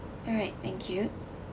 all right thank you